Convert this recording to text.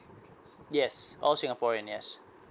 yes all singaporean yes